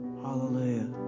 Hallelujah